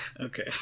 Okay